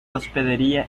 hospedería